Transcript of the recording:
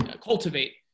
cultivate